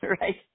right